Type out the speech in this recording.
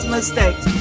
mistakes